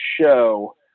show